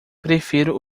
prefiro